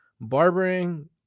barbering